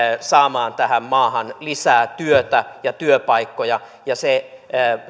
saamaan tähän maahan lisää työtä ja työpaikkoja ja se